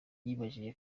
yibajije